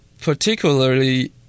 Particularly